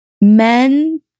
men